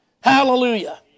Hallelujah